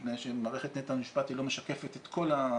כי מערכת בתי המשפט לא משקפת את כל הנתונים,